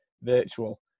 virtual